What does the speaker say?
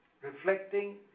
reflecting